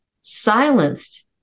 silenced